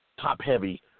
top-heavy